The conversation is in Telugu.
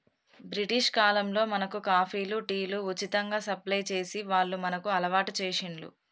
బ్రిటిష్ కాలంలో మనకు కాఫీలు, టీలు ఉచితంగా సప్లై చేసి వాళ్లు మనకు అలవాటు చేశిండ్లు